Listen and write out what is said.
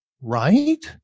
right